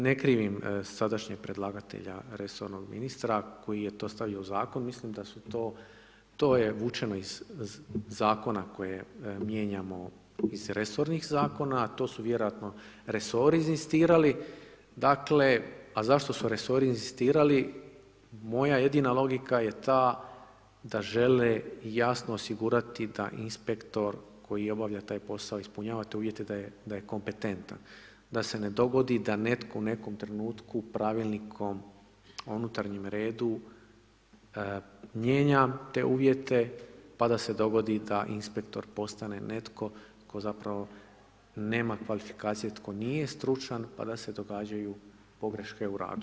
Ne krivim sadašnjeg predlagatelja resornog ministra koji je to stavio u zakon, mislim da je su to, to je vučeno iz zakona koje mijenjamo iz resornih zakona a to su vjerojatno resori inzistirali, dakle a zašto su resori inzistirali, moja jedina logika je ta da žele jasno osigurati da inspektor koji obavlja taj posao ispunjava te uvjete, da je kompetentan, a se ne dogodi da netko u nekom trenutku pravilnikom o unutarnjem redu mijenja te uvjete, pa da se dogodi da inspektor postane netko tko zapravo nema kvalifikacije, tko nije stručan, pa da se događaju pogreške u radu.